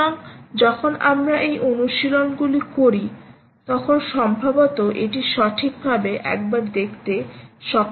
সুতরাং যখন আমরা এই অনুশীলনগুলি করি তখন সম্ভবত এটি সঠিকভাবে একবার দেখতে সক্ষম হবে